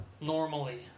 normally